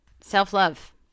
self-love